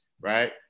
right